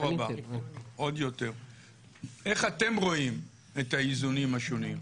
הבא איך אתם רואים את האיזונים השונים?